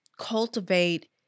cultivate